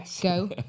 go